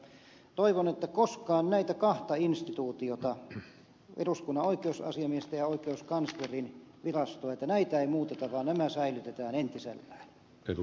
mutta toivon että koskaan näitä kahta instituutiota eduskunnan oikeusasiamiehen kansliaa ja oikeuskanslerinvirastoa ei muuteta vaan nämä säilytetään entisellään